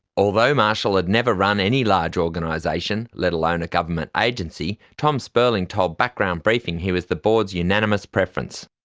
although marshall had never run any large organisation, let alone a government agency, tom spurling told background briefing he was the board's unanimous preference.